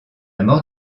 mort